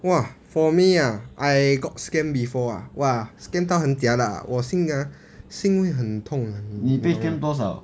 !wah! for me ah I got scam before ah !wah! scam 到很 jialat 我心 ah 心会很痛你